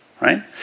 right